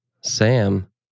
Sam